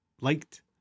liked